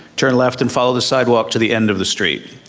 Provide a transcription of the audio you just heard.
turn left and follow the sidewalk to the end of the street.